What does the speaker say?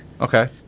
Okay